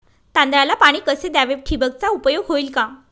तांदळाला पाणी कसे द्यावे? ठिबकचा उपयोग होईल का?